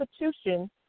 institution